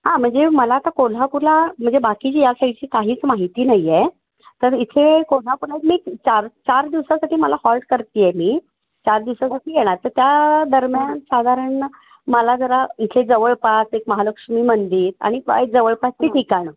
हां म्हणजे मला आता कोल्हापुला म्हणजे बाकीची या सायटची काहीच माहिती नाही आहे तर इथे कोल्हापुरला मी चार चार दिवसासाठी मला हॉल्ट करते आहे मी चार दिवसासाठी येणार तर त्या दरम्यान साधारण मला जरा इथे जवळपास एक महालक्ष्मी मंदिर आणि काय जवळपासची ठिकाणं